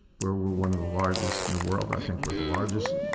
where we're one of the largest in the world, i think we're the largest.